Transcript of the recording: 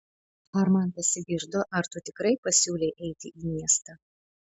ar man pasigirdo ar tu tikrai pasiūlei eiti į miestą